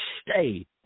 stay